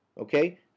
okay